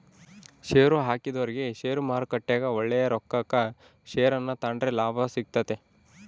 ಷೇರುಹಾಕಿದೊರಿಗೆ ಷೇರುಮಾರುಕಟ್ಟೆಗ ಒಳ್ಳೆಯ ರೊಕ್ಕಕ ಷೇರನ್ನ ತಾಂಡ್ರೆ ಲಾಭ ಸಿಗ್ತತೆ